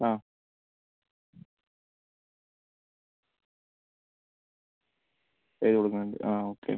ആ ചെയ്ത് കൊടുക്കുന്നുണ്ട് ആ ഓക്കെ